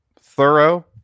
thorough